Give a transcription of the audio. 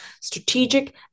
strategic